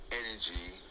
energy